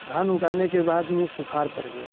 धान उगाने के बाद में सुखार पड़ गया